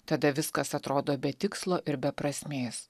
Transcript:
tada viskas atrodo be tikslo ir be prasmės